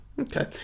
Okay